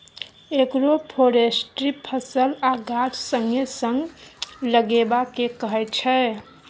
agroforestry फसल आ गाछ संगे संग लगेबा केँ कहय छै